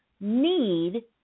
need